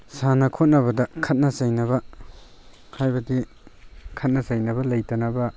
ꯁꯥꯟꯅ ꯈꯣꯠꯅꯕꯗ ꯈꯠꯅ ꯆꯩꯅꯕ ꯍꯥꯏꯕꯗꯤ ꯈꯠ ꯆꯩꯅꯕ ꯂꯩꯇꯅꯕ